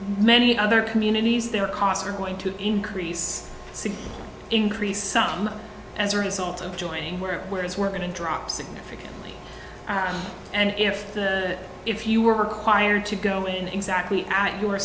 many other communities their costs are going to increase increase some as a result of joining where words were going to drop significantly and if the if you were required to go and exactly at your